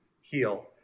heal